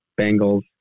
Bengals